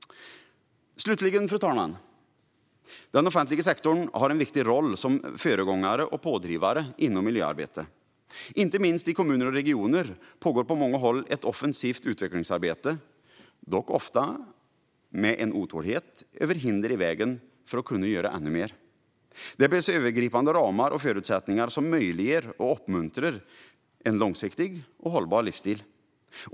Fru talman! Den offentliga sektorn har en viktig roll som föregångare och pådrivare inom miljöarbetet. Inte minst i kommuner och regioner pågår på många håll ett offensivt utvecklingsarbete, dock ofta med en otålighet över hinder som är i vägen för att kunna göra ännu mer. Det behövs övergripande ramar och förutsättningar som möjliggör och uppmuntrar en långsiktig och hållbar livsstil.